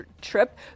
trip